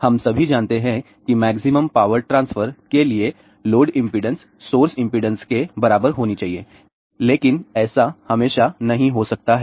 हम सभी जानते हैं कि मैक्सिमम पावर ट्रांसफर के लिए लोड इंपेडेंस सोर्स इंपेडेंस के बराबर होनी चाहिए लेकिन ऐसा हमेशा नहीं हो सकता है